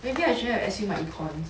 maybe I shouldn't have S_U my econs